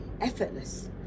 effortless